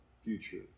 future